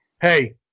hey